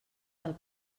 del